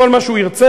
כל מה שהוא ירצה,